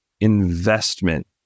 investment